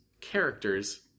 characters